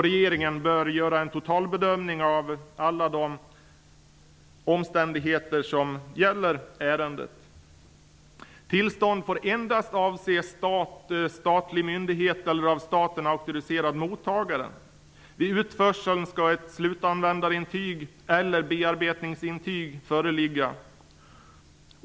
Regeringen bör göra en totalbedömning av alla de omständigheter som gäller ärendet. Tillstånd får endast avse statlig myndighet eller av staten auktoriserad mottagare. Vid utförseln skall ett slutanvändarintyg eller bearbetningsintyg föreligga.